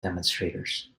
demonstrators